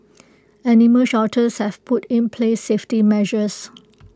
animal shelters have put in place safety measures